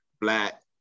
black